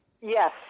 Yes